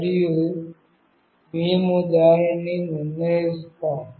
మరియు మేము దానిని నిర్ణయిస్తాము